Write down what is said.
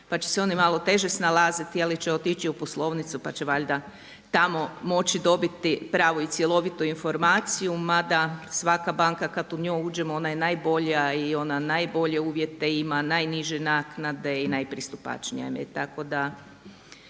pa će se oni malo teže snalaziti ali će otići u poslovnicu, pa će valjda tamo moći dobiti pravu i cjelovitu informaciju mada svaka banka kad u nju uđemo ona je najbolja i ona najbolje uvjete ima, najniže naknade i najpristupačnija